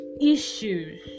issues